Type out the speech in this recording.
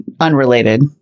unrelated